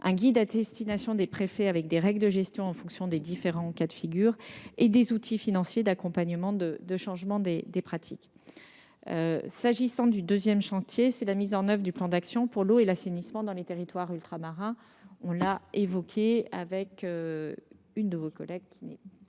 un guide à destination des préfets comportant des règles de gestion en fonction des différents cas de figure, et des outils financiers d’accompagnement de changement des pratiques. Le deuxième chantier est la mise en œuvre du plan d’action pour l’eau et l’assainissement dans les territoires ultramarins, que nous avons évoqué avec Mme Phinera Horth.